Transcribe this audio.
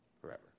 forever